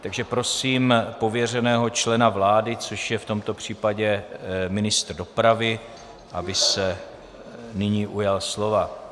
Takže prosím pověřeného člena vlády, což je v tomto případě ministr dopravy, aby se nyní ujal slova.